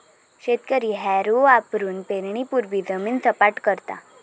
शेतकरी हॅरो वापरुन पेरणीपूर्वी जमीन सपाट करता